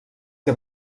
que